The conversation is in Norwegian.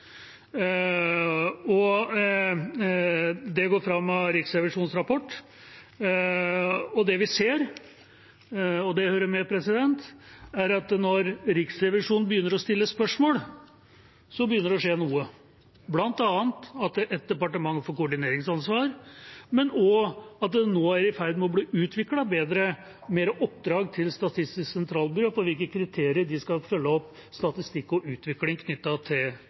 og det går fram av Riksrevisjonens rapport. Det vi ser, det hører med, er at når Riksrevisjonen begynner å stille spørsmål, begynner det å skje noe, bl.a. at ett departement får koordineringsansvar, men også at det er i ferd med å bli utviklet bedre og flere oppdrag til Statistisk sentralbyrå om på hvilke kriterier de skal følge opp statistikk og utvikling knyttet til bærekraftsmålene. Det er en av de tingene vi av og til